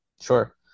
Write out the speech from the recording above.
Sure